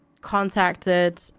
contacted